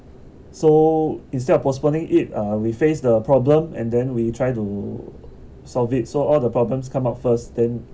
so instead of postponing it uh we face the problem and then we try to solve it so all the problems come up first then